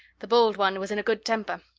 the bald one was in a good temper.